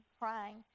crying